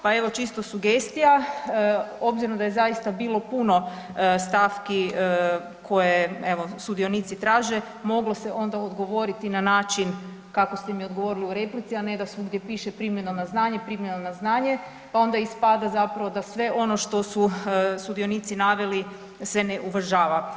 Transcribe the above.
Pa evo čisto sugestija obzirom da je zaista bilo puno stavki koje evo sudionici traže moglo se onda odgovoriti na način kako ste mi odgovorili u replici, a ne da svugdje piše primljeno na znanje, primljeno na znanje, pa onda ispada zapravo da sve ono što su sudionici naveli se ne uvažava.